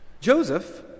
Joseph